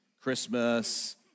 Christmas